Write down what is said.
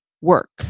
work